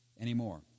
anymore